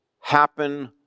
happen